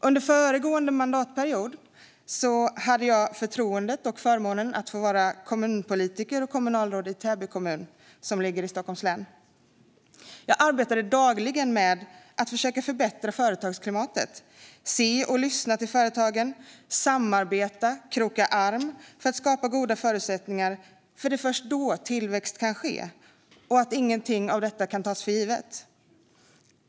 Under föregående mandatperiod hade jag förtroendet och förmånen att få vara kommunpolitiker och kommunalråd i Täby kommun, som ligger i Stockholms län. Jag arbetade dagligen med att försöka förbättra företagsklimatet, se och lyssna till företagen samt samarbeta och kroka arm för att skapa goda förutsättningar, för det är först då tillväxt kan ske. Inget av detta kan tas för givet.